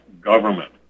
government